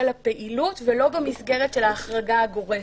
הפעילות ולא במסגרת של ההחרגה הגורפת,